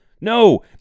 No